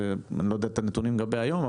ואני לא יודע את הנתונים לגבי היום,